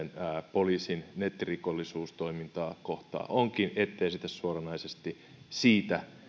poliisin nettirikollisuustoimintaa kohtaan onkin ette esitä suoranaisesti siitä